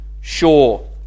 sure